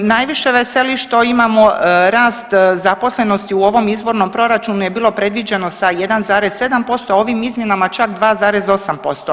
Najviše veseli što imamo rast zaposlenosti, u ovom izvornom proračunu je bilo predviđeno sa 1,7%, a ovim izmjenama čak 2,8%